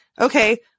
okay